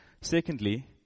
Secondly